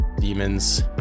demons